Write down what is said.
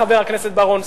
חבר הכנסת בר-און,